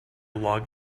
log